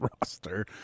roster